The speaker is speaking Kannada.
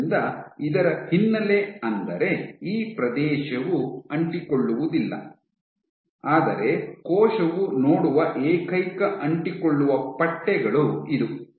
ಆದ್ದರಿಂದ ಇದರ ಹಿನ್ನೆಲೆ ಅಂದರೆ ಈ ಪ್ರದೇಶವು ಅಂಟಿಕೊಳ್ಳುವುದಿಲ್ಲ ಆದರೆ ಕೋಶವು ನೋಡುವ ಏಕೈಕ ಅಂಟಿಕೊಳ್ಳುವ ಪಟ್ಟೆಗಳು ಇದು